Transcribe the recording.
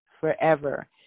forever